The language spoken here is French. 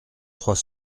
trois